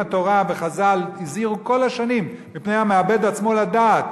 אם התורה וחז"ל הזהירו כל השנים מפני המאבד עצמו לדעת,